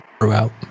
throughout